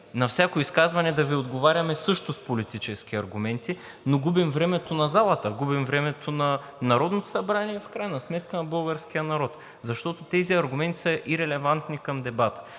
на всяко изказване да Ви отговаряме също с политически аргументи, но губим времето на залата, губим времето на Народното събрание и в крайна сметка на българския народ, защото тези аргументи са ирелевантни към дебата.